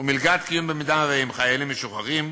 ומלגת קיום, במידה שהם חיילים משוחררים,